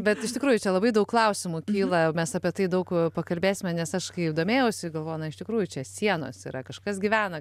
bet iš tikrųjų čia labai daug klausimų kyla mes apie tai daug pakalbėsime nes aš kai domėjausi galvoju na iš tikrųjų čia sienos yra kažkas gyvena